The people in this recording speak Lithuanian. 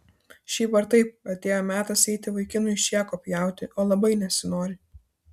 šiaip ar taip atėjo metas eiti vaikinui šėko pjauti o labai nesinori